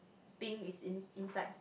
pink is in inside